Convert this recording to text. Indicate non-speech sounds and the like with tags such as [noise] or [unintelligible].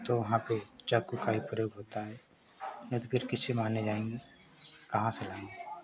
तो वहाँ पर चाकू का ही प्रयोग होता है [unintelligible] कहाँ से लाएँगे